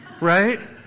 right